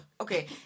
Okay